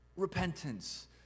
repentance